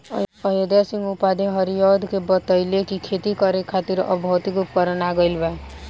अयोध्या सिंह उपाध्याय हरिऔध के बतइले कि खेती करे खातिर अब भौतिक उपकरण आ गइल बा